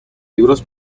libros